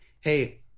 hey